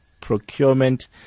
procurement